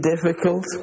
difficult